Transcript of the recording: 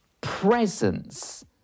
presence